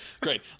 great